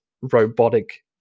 robotic